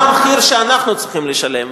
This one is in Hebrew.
אבל מה המחיר שאנחנו צריכים לשלם,